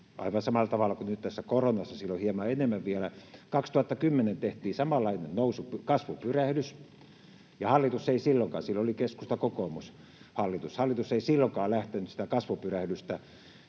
aivan samalla tavalla kuin nyt koronassa, silloin hieman enemmän vielä. 2010 tehtiin samanlainen kasvupyrähdys, ja hallitus ei silloinkaan — silloin oli keskusta—kokoomus-hallitus — lähtenyt sitä kasvupyrähdystä